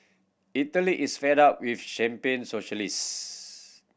Italy is fed up with champagne socialist